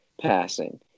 passing